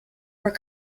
were